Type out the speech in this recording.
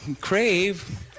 crave